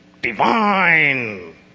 divine